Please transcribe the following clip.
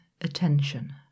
attention